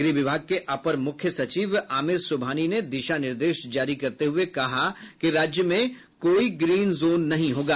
गृह विभाग के अपर मुख्य सचिव आमिर सुबहानी ने दिशा निर्देश जारी करते हुये कहा कि राज्य में कोई ग्रीन जोन नहीं होगा